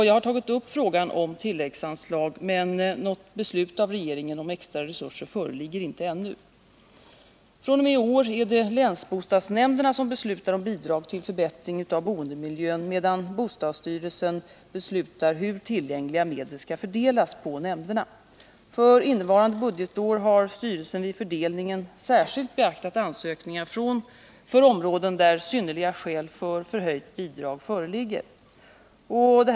Jag har tagit upp frågan om tilläggsanslag, men något beslut av regeringen om extra resurser föreligger inte ännu. fr.o.m. i år är det länsbostadsnämnderna som beslutar om bidrag till medel skall fördelas på nämnderna. För innevarande budgetår har styrelsen Torsdagen den vid fördelningen särskilt beaktat ansökningar för områden där synnerliga skäl 22 november 1979 för förhöjt bidrag föreligger.